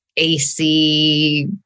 AC